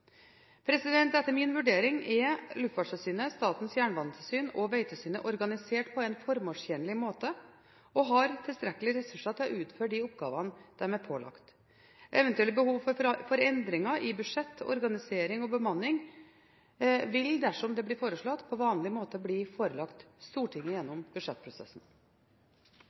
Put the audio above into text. Etter min vurdering er Luftfartstilsynet, Statens jernbanetilsyn og Vegtilsynet organisert på en formålstjenlig måte og har tilstrekkelig med ressurser til å utføre de oppgavene de er pålagt. Eventuelle behov for endringer i budsjett, organisering og bemanning vil, dersom det blir foreslått, på vanlig måte bli forelagt Stortinget gjennom budsjettprosessen.